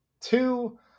two